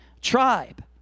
tribe